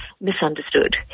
misunderstood